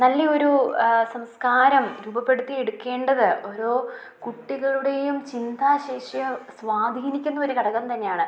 നല്ലയൊരു സംസ്കാരം രൂപപ്പെടുത്തിയെടുക്കേണ്ടത് ഓരോ കുട്ടികളുടെയും ചിന്താ ശേഷിയെ സ്വാധീനിക്കുന്നൊരു ഘടകം തന്നെയാണ്